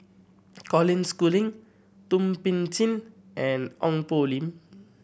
Colin Schooling Thum Ping Tjin and Ong Poh Lim